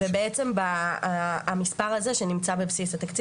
ובעצם המספר הזה שנמצא בבסיס התקציב